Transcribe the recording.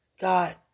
God